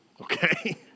okay